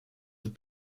have